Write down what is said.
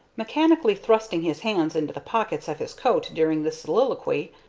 mechanically thrusting his hands into the pockets of his coat during this soliloquy,